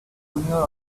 junior